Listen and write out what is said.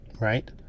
right